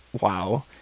wow